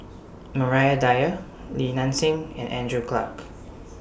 Maria Dyer Li Nanxing and Andrew Clarke